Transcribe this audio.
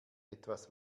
etwas